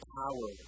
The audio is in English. power